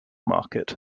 market